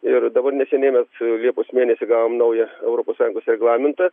ir dabar neseniai mes liepos mėnesį gavom naują europos sąjungos reglamentą